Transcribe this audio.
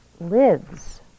lives